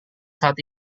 saat